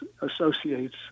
associates